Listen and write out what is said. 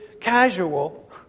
casual